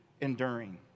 enduring